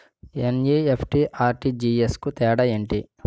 NEFT, RTGS కు తేడా ఏంటి?